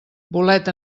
bolet